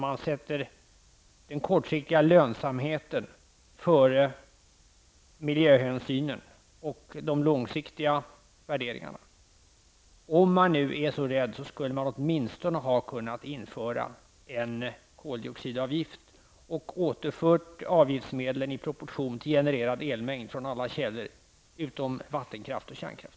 Man sätter den kortsiktiga lönsamheten före miljöhänsynen och de långsiktiga värderingarna. Om man är så rädd kunde man åtminstone ha infört en koldioxidavgift och återfört avgiftsmedlen i proportion till genererad elmängd från alla källor utom vattenkraft och kärnkraft.